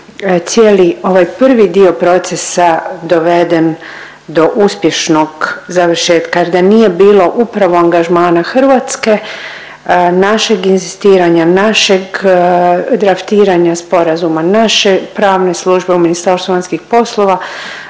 cijeli ovaj prvi dio procesa doveden do uspješnog završetka jer da nije bilo upravo angažmana Hrvatske, našeg inzistiranja, našeg draftiranja Sporazuma, naše pravne službe u Ministarstvu vanjskih poslova,